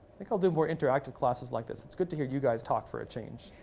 i think i'll do more interactive classes like this. it's good to hear you guys talk for a change.